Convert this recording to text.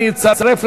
אני מצרף,